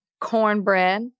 Cornbread